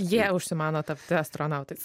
jie užsimano tapti astronautais